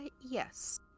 yes